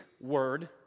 word